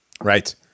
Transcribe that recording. Right